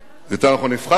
אמרתי שזאת אינה ההטבה היחידה.